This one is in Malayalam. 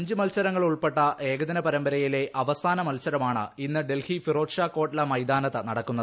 അഞ്ച് മത്സരങ്ങൾ ഉൾപ്പെട്ട ഏകദിന പരമ്പരയിലെ അവസാന മത്സരമാണ് ഇന്ന് ഡൽഹി ഫിറോസ് ഷാ കോട്ലാ മൈതാനത്ത് നടക്കുന്നത്